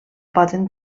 poden